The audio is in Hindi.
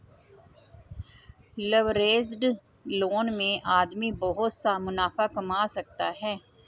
लवरेज्ड लोन में आदमी बहुत सा मुनाफा कमा सकता है